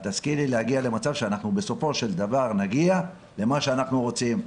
את תשכילי להגיע למצב שאנחנו בסופו של דבר למה שאנחנו רוצים.